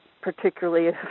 particularly